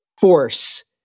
force